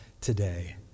today